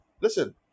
Listen